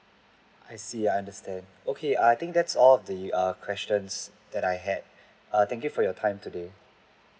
I see I understand okay err I think that's all the err questions that I had err thank you for your time today